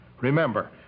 remember